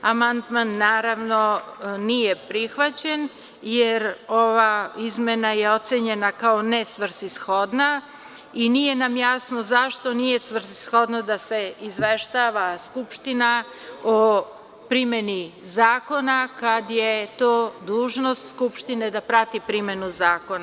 Naravno, amandman nije prihvaćen, jer ova izmena je ocenjena kao nesvrsishodna i nije nam jasno zašto nije svrsishodna da se izveštava Skupština o primeni zakona, kada je dužnost Skupštine da prati primenu zakona.